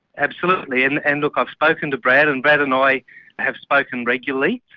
absolutely. and and look i've spoken to brad and brad and i have spoken regularly.